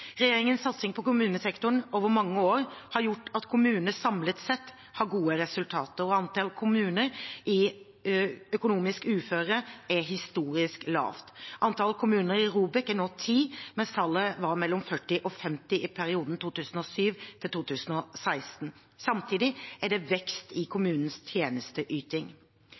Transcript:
Regjeringens satsing på kommunesektoren over mange år har gjort at kommunene samlet sett har gode resultater, og antall kommuner i økonomisk uføre er historisk lavt. Antall kommuner i ROBEK er nå 10, mens tallet var mellom 40 og 50 i perioden 2007–2016. Samtidig er det vekst i kommunenes tjenesteyting.